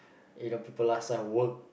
you know people last time work